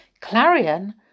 Clarion